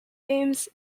games